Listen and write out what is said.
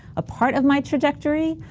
a part of my trajectory,